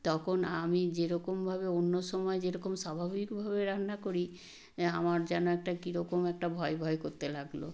তখন আমি যেরকম ভাবে অন্য সময় যেরকম স্বাভাবিক ভাবে রান্না করি আমার যেন একটা কিরকম একটা ভয় ভয় করতে লাগলো